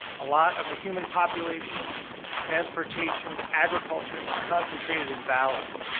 a lot of the human populations, transportation, agriculture is concentrated in valleys.